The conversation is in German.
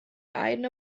eine